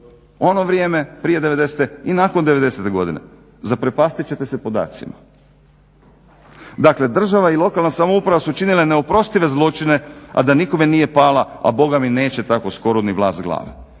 ono vrijeme prije 90-te i nakon 90-*te godine. Zaprepastit ćete se podacima. Dakle država i lokalna samouprava su učinile neoprostive zločine a da nikome nije pala a bogami neće tako skoro ni vlas s glave.